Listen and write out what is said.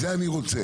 את זה אני רוצה.